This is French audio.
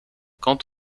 quant